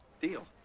deal.